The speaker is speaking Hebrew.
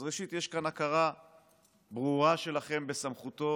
אז ראשית, יש כאן הכרה ברורה שלכם בסמכותו